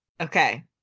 Okay